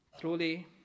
Truly